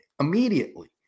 immediately